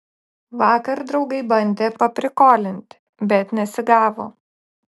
vakar draugai bandė paprikolint bet nesigavo